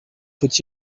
faut